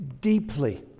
deeply